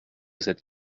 cette